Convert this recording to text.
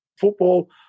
football